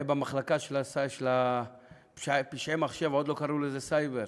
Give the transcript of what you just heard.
מחלקה של פשעי מחשב, עוד לא קראו לזה סייבר.